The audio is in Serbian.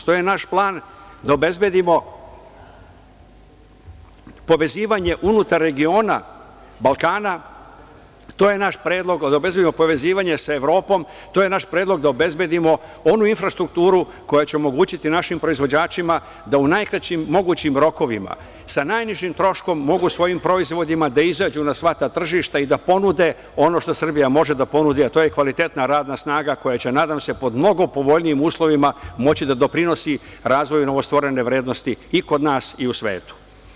To je naš plan da obezbedimo povezivanje unutar regiona Balkana, to je naš predlog da obezbedimo povezivanje sa Evropom, to je naš predlog da obezbedimo onu infrastrukturu koja će omogućiti našim proizvođačima da u najkraćim mogućim rokovima sa najnižim troškom mogu svojim proizvodima da izađu na sva ta tržišta i da ponude ono što Srbija može da ponudi, a to je kvalitetna radna snaga koja će, nadam se, pod mnogo povoljnijim uslovima moći da doprinosi razvoju novostvorene vrednosti i kod nas i u svetu.